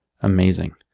Amazing